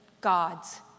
God's